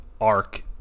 arc